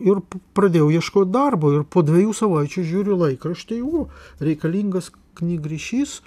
ir pradėjau ieškot darbo ir po dviejų savaičių žiūriu laikrašty o reikalingas knygrišys